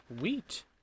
wheat